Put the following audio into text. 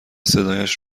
صدایش